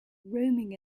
roaming